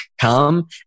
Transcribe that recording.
come